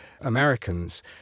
Americans